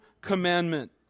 commandment